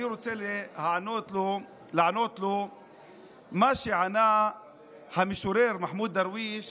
אני רוצה לענות לו את מה שענה המשורר מחמוד דרוויש